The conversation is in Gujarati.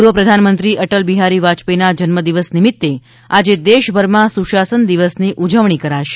પૂર્વ પ્રધાનમંત્રી અટલ બિહારી વાજપાઈના જન્મ દિવસ નિમિત્તે આજે દેશભરમાં સુશાસન દિવસની ઉજવણી કરાશે